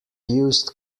used